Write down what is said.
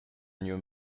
new